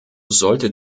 sollte